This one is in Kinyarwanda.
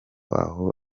aho